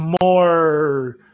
more